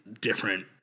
different